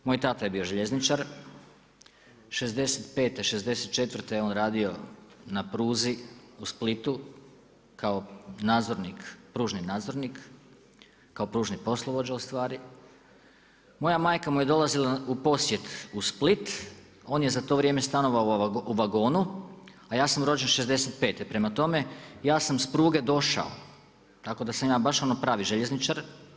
Moj tata je bio željezničar '65., '64. je on radio na pruzi u Splitu kao pružni nadzornik, kao pružni poslovođa ustvari, moja majka mu je dolazila u posjet u Split, on je za to vrijeme stanovao u vagonu, a ja sam rođen '65., prema tome ja sam s pruge došao tako da sam ja baš ono pravi željezničar.